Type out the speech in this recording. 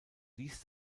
ließ